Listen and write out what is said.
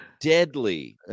deadly